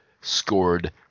scored